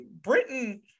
Britain